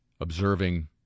observing